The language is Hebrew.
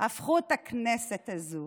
הפכו את הכנסת הזו